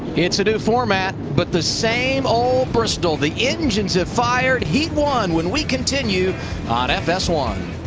it's a new format but the same old bristol. the engines have fired, heat one when we continue on f s one.